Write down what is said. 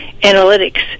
analytics